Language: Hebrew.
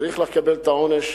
צריך לקבל את העונש,